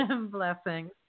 Blessings